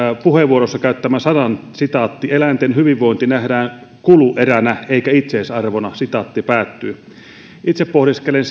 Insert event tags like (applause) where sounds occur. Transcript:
puheenvuorossaan käyttämän sanan kuluerä eläinten hyvinvointi nähdään kulueränä eikä itseisarvona itse pohdiskelen (unintelligible)